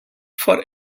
for